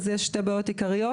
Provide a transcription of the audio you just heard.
אז יש שתי בעיות עיקריות,